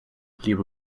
liebe